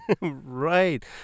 Right